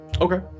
Okay